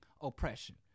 oppression